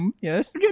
Yes